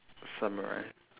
summarize